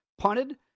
Punted